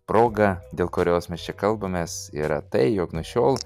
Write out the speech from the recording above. proga dėl kurios mes čia kalbamės yra tai jog nuo šiol